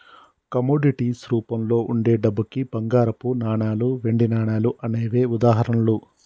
commodities రూపంలో వుండే డబ్బుకి బంగారపు నాణాలు, వెండి నాణాలు అనేవే ఉదాహరణలు